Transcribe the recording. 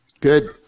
Good